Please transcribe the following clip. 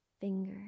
finger